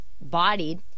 bodied